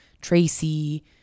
Tracy